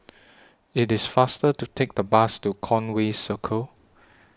IT IS faster to Take The Bus to Conway Circle